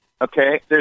okay